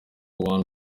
one